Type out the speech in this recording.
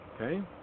okay